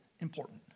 important